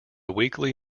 weekly